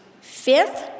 fifth